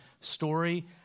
story